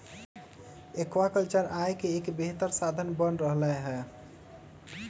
aquaculture आय के एक बेहतर साधन बन रहले है